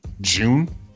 June